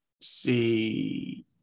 See